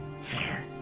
Fair